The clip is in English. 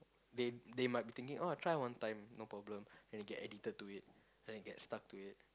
they they might be thinking oh try one time no problem then they get addicted to it then they get stuck to it